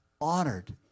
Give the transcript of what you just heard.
honored